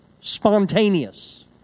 spontaneous